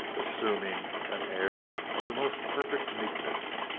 assuming an air of the most perfect meekness,